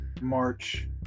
March